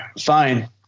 fine